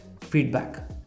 feedback